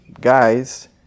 guys